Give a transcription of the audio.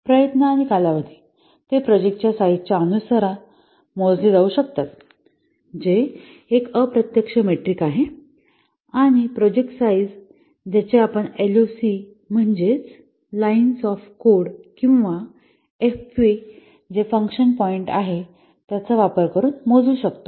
प्रयत्न आणि कालावधी ते प्रोजेक्टाच्या साईझाच्या अनुसार मोजले जाऊ शकतात जे एक अप्रत्यक्ष मेट्रिक आहे आणि प्रोजेक्ट साईझ ज्याचे आपण एलओसी म्हणजेच लाईन्स ऑफ कोड किंवा एफपी जे फंक्शन पॉईंट आहे त्याचा वापर करून मोजू शकतो